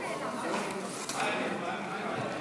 הודעת ראש הממשלה